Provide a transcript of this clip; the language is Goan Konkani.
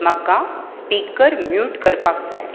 म्हाका स्पीकर म्युट करपाक जाय